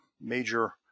major